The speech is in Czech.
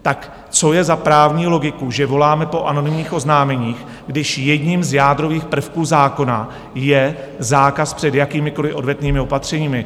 Tak co je za právní logiku, že voláme po anonymních oznámeních, když jedním z jádrových prvků zákona je zákaz před jakýmikoliv odvetnými opatřeními?